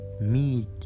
meet